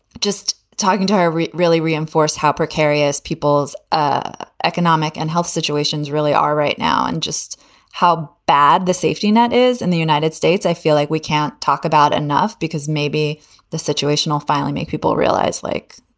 just talking to her, it really reinforced how precarious people's ah economic and health situations really are right now and just how bad the safety net is in the united states. i feel like we can't talk about enough because maybe the situation will finally make people realize, like,